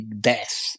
death